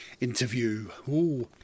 interview